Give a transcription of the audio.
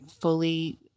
fully